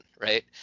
right